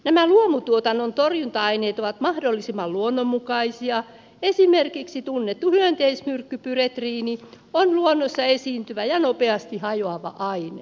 nämä luomutuotannon torjunta aineet ovat mahdollisimman luonnonmukaisia esimerkiksi tunnettu hyönteismyrkky pyretriini on luonnossa esiintyvä ja nopeasti hajoava aine